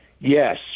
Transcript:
yes